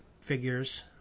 figures